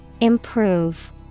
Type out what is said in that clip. improve